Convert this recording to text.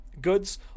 goods